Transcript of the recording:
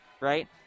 right